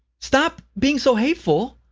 stop being so hateful,